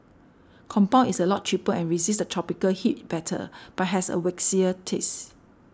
compound is a lot cheaper and resists the tropical heat better but has a waxier taste